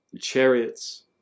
chariots